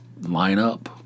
lineup